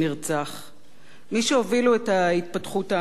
מי שהובילו את ההתפתחות האמיצה הזאת היו הבוגרים